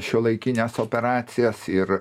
šiuolaikines operacijas ir